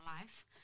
life